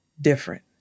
different